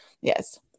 Yes